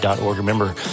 Remember